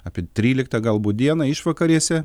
apie tryliktą galbūt dieną išvakarėse